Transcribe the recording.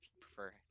prefer